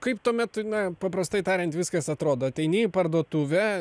kaip tuomet na paprastai tariant viskas atrodo ateini į parduotuvę